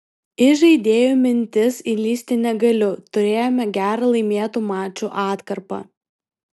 į žaidėjų mintis įlįsti negaliu turėjome gerą laimėtų mačų atkarpą